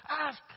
ask